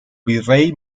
virrey